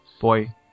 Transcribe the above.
boy